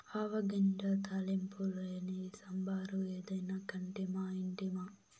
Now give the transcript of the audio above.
ఆవ గింజ తాలింపు లేని సాంబారు ఏదైనా కంటిమా ఇంటిమా